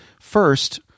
first